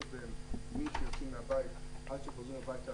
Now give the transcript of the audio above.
בהם מהרגע שיוצאים מהבית עד שחוזרים הביתה,